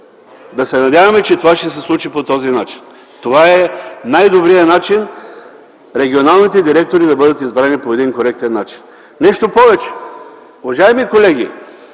Да се надяваме, че това ще се случи по този начин. Това е най-добрият начин регионалните директори да бъдат избрани коректно. Нещо повече, уважаеми колеги,